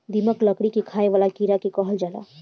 दीमक, लकड़ी के खाए वाला कीड़ा के कहल जाला